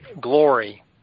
glory